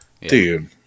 Dude